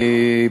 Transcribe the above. אני,